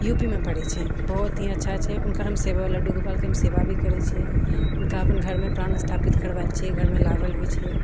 यूपीमे पड़ैछे बहुत ही अच्छा छै हुनकर हम सेवाभी लड्डू गोपालके हम सेवाभी करए छिऐ हुनका अपनघरमे प्राणस्थापित करवाएल छिए घरमे लाओल भी छिए